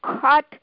cut